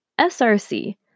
SRC